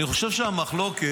אני חושב שהמחלוקת